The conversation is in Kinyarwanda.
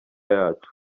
yacu